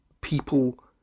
people